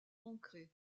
ancrée